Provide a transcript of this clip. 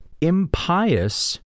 impious